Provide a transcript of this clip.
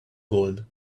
gold